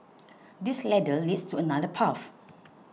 this ladder leads to another path